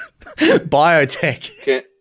Biotech